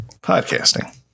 Podcasting